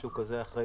אחרי